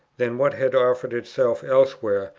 than what had offered itself elsewhere,